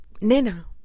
Nena